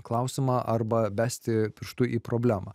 klausimą arba besti pirštu į problemą